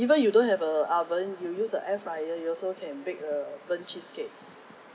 even you don't have a oven you use the air fryer you also can bake a burnt cheesecake